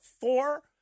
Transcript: four